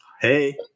Hey